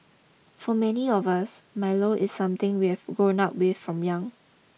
for many of us Milo is something we have grown up with from young